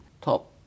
top